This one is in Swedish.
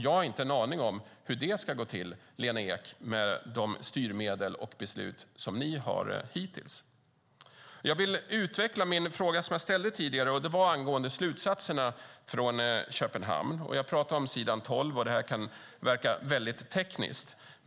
Jag har inte en aning om hur det ska gå till, Lena Ek, med de styrmedel och beslut som ni har haft hittills. Jag vill utveckla min fråga som jag ställde tidigare. Det var angående slutsatserna från Köpenhamn. Jag talar om s. 12, och det kan verka väldigt tekniskt.